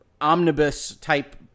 omnibus-type